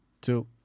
two